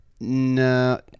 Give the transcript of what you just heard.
No